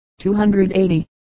280